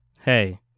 hey